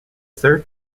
third